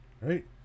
right